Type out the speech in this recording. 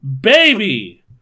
baby